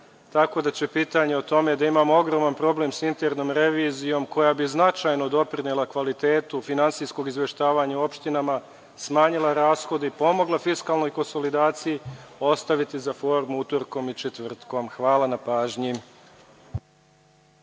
tako da će pitanje o tome da imamo problem sa internom revizijom, koja bi značajno doprinela kvalitetu finansijskog izveštavanja u opštinama smanjila rashod i pomogla fiskalnoj konsolidaciji, ostaviti za formu utorkom i četvrtkom. Hvala na pažnji.